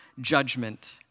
judgment